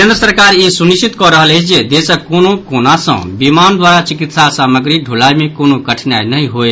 केन्द्र सरकार ई सुनिश्चित कऽ रहल अछि जे देशक कोनो कोना सऽ विमान द्वारा चिकित्सा सामग्रीक ढुलाई मे कोनो कठिनाई नहि होय